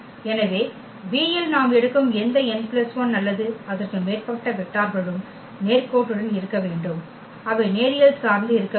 எனவே V இல் நாம் எடுக்கும் எந்த n பிளஸ் 1 அல்லது அதற்கு மேற்பட்ட வெக்டார்களும் நேர்கோட்டுடன் இருக்க வேண்டும் அவை நேரியல் சார்ந்து இருக்க வேண்டும்